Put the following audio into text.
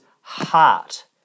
heart